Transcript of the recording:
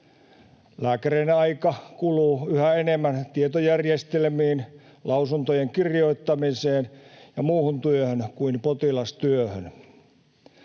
Lääkäreiden aika kuluu yhä enemmän tietojärjestelmiin, lausuntojen kirjoittamiseen ja muuhun työhön kuin potilastyöhön.